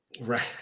Right